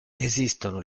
esistono